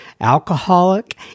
Alcoholic